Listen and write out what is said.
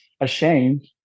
ashamed